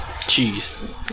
Cheese